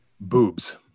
boobs